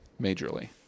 majorly